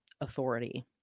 authority